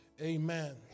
Amen